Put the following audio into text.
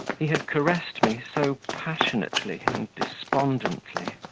he had caressed me so passionately and despondently.